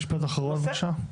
משפט אחרון בבקשה.